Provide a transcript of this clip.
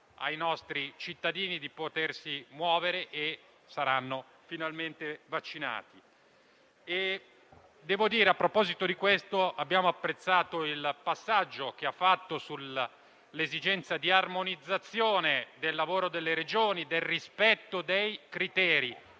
ai nostri cittadini di potersi muovere perché saranno finalmente vaccinati. Devo dire che, in proposito, abbiamo apprezzato il passaggio che ha fatto sull'esigenza di armonizzazione del lavoro delle Regioni e del rispetto dei criteri.